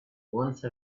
once